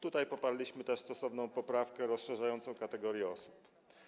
Tutaj poparliśmy też stosowną poprawkę rozszerzającą katalog takich osób.